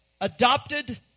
adopted